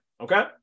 okay